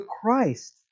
Christ